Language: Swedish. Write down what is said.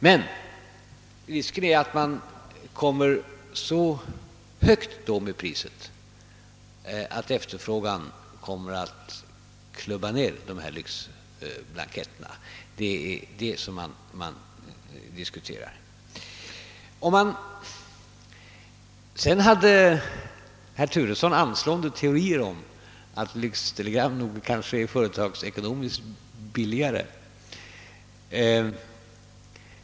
Men risken finns att priset då blir så högt att efterfrågan på lyxblanketter sjunker. Det är detta som diskuteras. Herr Turesson hade anslående teorier om att lyxtelegrammen företagsekonomiskt är billigare.